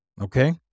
Okay